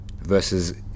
Versus